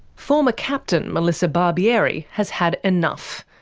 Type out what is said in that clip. former captain melissa barbieri has had enough.